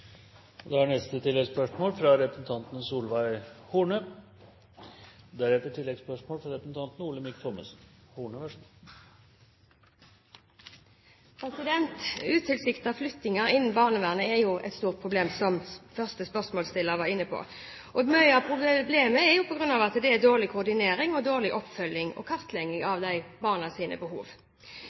Solveig Horne – til oppfølgingsspørsmål. Utilsiktede flyttinger innen barnevernet er et stort problem, som første spørsmålsstiller var inne på. Mye av problemet er på grunn av at det er dårlig koordinering og dårlig oppfølging og kartlegging av